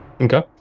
Okay